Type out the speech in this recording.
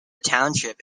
township